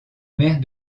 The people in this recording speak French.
maire